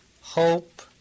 hope